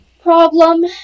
problem